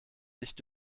nicht